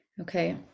Okay